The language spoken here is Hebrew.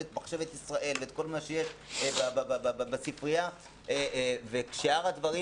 מחשבת ישראל וכל מה שיש בספרייה ושאר הדברים,